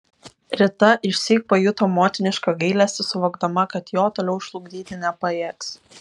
rita išsyk pajuto motinišką gailestį suvokdama kad jo toliau žlugdyti nepajėgs